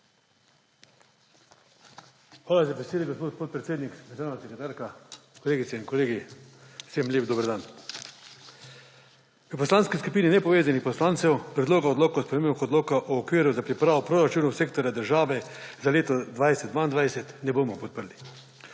Hvala za besedo, gospod podpredsednik. Državna sekretarka, kolegice in kolegi, vsem lep dober dan! V Poslanski skupini nepovezanih poslancev Predloga odloka o spremembah odloka o okviru za pripravo proračunov sektorja države za leti 2020 in 2022 ne bomo podprli.